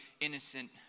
innocent